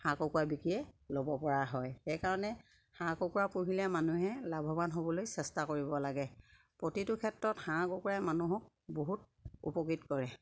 হাঁহ কুকুৰা বিকিয়ে ল'ব পৰা হয় সেইকাৰণে হাঁহ কুকুৰা পুহিলে মানুহে লাভৱান হ'বলৈ চেষ্টা কৰিব লাগে প্ৰতিটো ক্ষেত্ৰত হাঁহ কুকুৰাই মানুহক বহুত উপকৃত কৰে